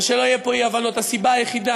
ושלא יהיו פה אי-הבנות: הסיבה היחידה